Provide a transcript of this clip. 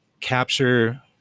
capture